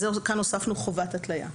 כאן הוספנו חובת התלייה.